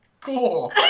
cool